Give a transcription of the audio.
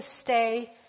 stay